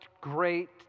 great